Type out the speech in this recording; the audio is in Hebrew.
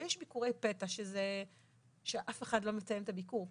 ויש ביקורי פתע, שאף אחד לא מתאם את הביקור.